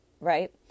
Right